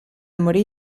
morì